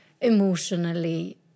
emotionally